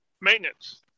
maintenance